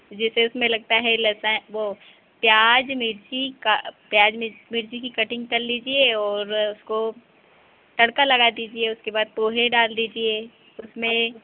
जैसे उसमें लगता है लहसुन वे प्याज़ मिर्ची प्याज़ मिर्ची की कटिंग तल लीजिए और उसको तड़का लगा दीजिए उसके बाद पोहे डाल दीजिए उसमें